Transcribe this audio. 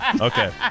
Okay